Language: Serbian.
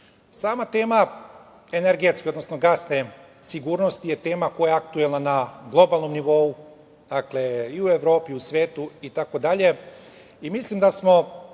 nas. Sama tema energetske, odnosno gasne sigurnosti je tema koja je aktuelna na globalnom nivou, dakle i u Evropi i u svetu. Mislim da